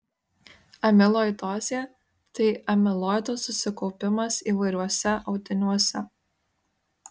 amiloidozė tai amiloido susikaupimas įvairiuose audiniuose